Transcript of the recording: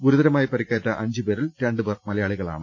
ഗുരുതരമായി പരിക്കേറ്റ അഞ്ചുപേരിൽ രണ്ട് പേർ മലയാ ളികളാണ്